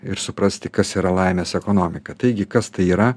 ir suprasti kas yra laimės ekonomika taigi kas tai yra